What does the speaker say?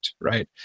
right